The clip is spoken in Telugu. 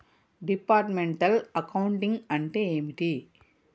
డిపార్ట్మెంటల్ అకౌంటింగ్ అంటే ఏమిటి?